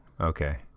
Okay